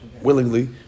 willingly